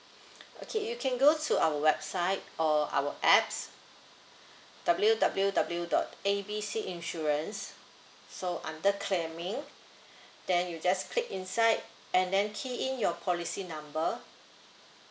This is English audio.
okay you can go to our website or our apps W_W_W dot A B C insurance so under claiming then you just click inside and then key in your policy number